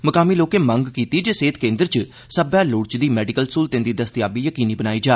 मुकामी लोकें मंग कीती जे सेहत केन्द्र च सब्बै लोड़चदी मैडिकल स्हूलतें दी दस्तयाबी यकीनी बनाई जा